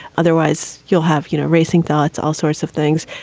otherwise, you'll have, you know, racing, thoughts, all sorts of things.